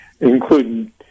including